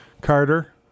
Carter